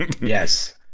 yes